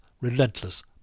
relentless